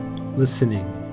listening